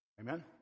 Amen